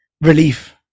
relief